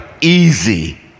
easy